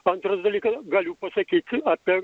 antras dalykas galiu pasakyti apie